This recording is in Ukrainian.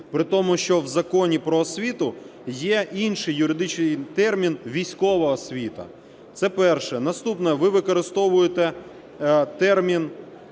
притому, що в Законі "Про освіту" є інший юридичний термін "військова освіта". Це перше. Наступне. Ви використовуєте термін